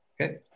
Okay